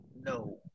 no